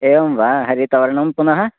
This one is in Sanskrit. एवं वा हरितवर्णं पुनः